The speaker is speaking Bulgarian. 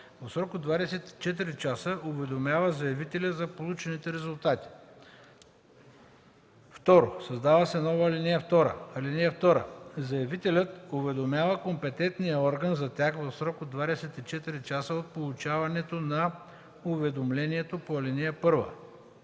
в срок от 24 часа уведомява заявителя за получените резултати.“ 2. Създава се нова ал. 2: „(2) Заявителят уведомява компетентния орган за тях в срок от 24 часа от получаването на уведомлението по ал. 1.” 3.